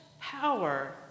power